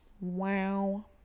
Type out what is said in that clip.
Wow